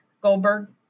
Goldberg